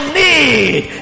need